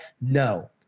no